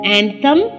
anthem